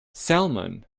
salmon